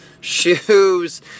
shoes